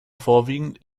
vorwiegend